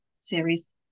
series